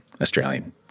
Australian